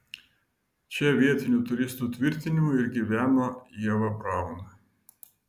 čia vietinių turistų tvirtinimu ir gyveno ieva braun